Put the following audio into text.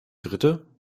dritte